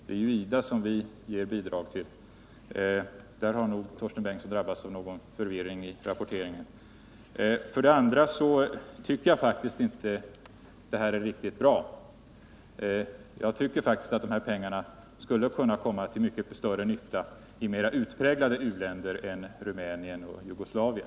Det är ju IDA vi ger bidrag till. Där har nog Torsten Bengtson drabbats av någon förvirring i rapporteringen. För det andra tycker jag faktiskt inte att detta är riktigt bra. Dessa pengar skulle kunna komma till mycket större nytta i mer utpräglade u-länder än Rumänien och Jugoslavien.